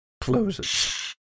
closes